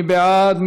מי בעד?